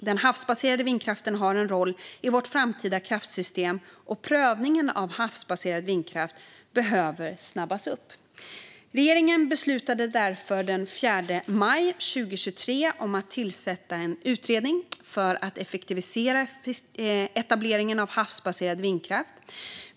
Den havsbaserade vindkraften har en roll i vårt framtida kraftsystem, och prövningen av havsbaserad vindkraft behöver snabbas upp. Regeringen beslutade därför den 4 maj 2023 att tillsätta en utredning för att effektivisera etableringen av havsbaserad vindkraft.